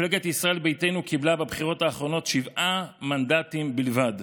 מפלגת ישראל ביתנו קיבלה בבחירות האחרונות שבעה מנדטים בלבד,